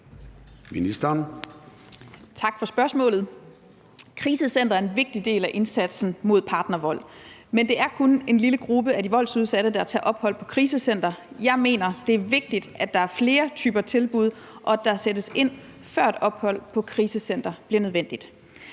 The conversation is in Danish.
Tak for spørgsmålet. Krisecentre er en vigtig del af indsatsen mod partnervold, men det er kun en lille gruppe af de voldsudsatte, der tager ophold på et krisecenter. Jeg mener, det er vigtigt, at der er flere typer tilbud, og at der sættes ind, før et ophold på et krisecenter bliver nødvendigt.